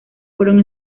fueron